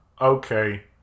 Okay